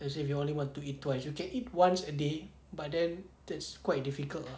let's say if you only want to eat twice you can eat once a day but then that's quite difficult ah